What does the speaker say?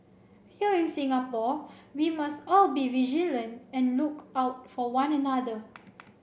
here in Singapore we must all be vigilant and look out for one another